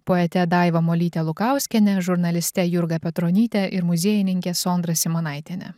poete daiva molyte lukauskiene žurnaliste jurga petronyte ir muziejininke sondra simanaitiene